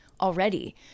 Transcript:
already